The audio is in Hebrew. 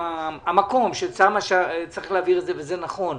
המקום שצריך להעביר את זה, וזה נכון,